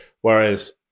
Whereas